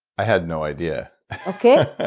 i had no idea okay?